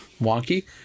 wonky